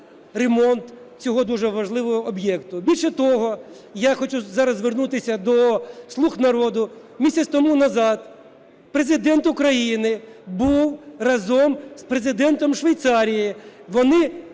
ремонт цього дуже важливого об'єкту. Більше того, я хочу зараз звернутися до "Слуги народу", місяць тому назад Президент України був разом з Президентом Швейцарії,